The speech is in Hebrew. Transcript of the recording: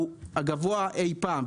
הוא הגבוה אי פעם,